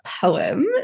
poem